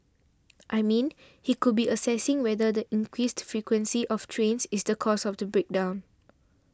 I mean he could be assessing whether the increased frequency of trains is the cause of the break down